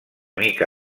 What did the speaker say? mica